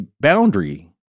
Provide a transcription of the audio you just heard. boundary